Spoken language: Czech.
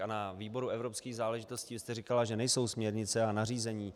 A na výboru evropských záležitostí vy jste říkala, že nejsou směrnice a nařízení.